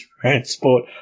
transport